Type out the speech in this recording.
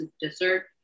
dessert